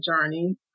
journey